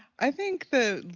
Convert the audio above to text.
i think the